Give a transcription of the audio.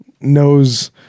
knows